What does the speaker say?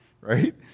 Right